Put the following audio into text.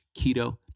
keto